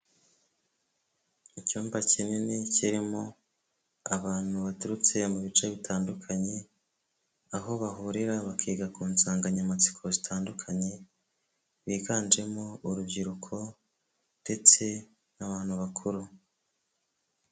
Icyumba kinini kirimo abantu baturutse mu bice bitandukanye aho bahurira bakiga ku nsanganyamatsiko zitandukanye biganjemo urubyiruko ndetse n'abantu bakuru.